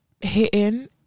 hitting